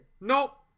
Nope